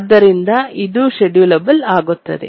ಆದ್ದರಿಂದ ಇದು schedulable ಆಗುತ್ತದೆ